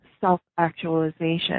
self-actualization